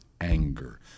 anger